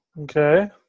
Okay